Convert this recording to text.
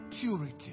Purity